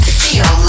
feel